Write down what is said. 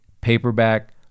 paperback